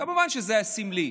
כמובן, זה היה סמלי.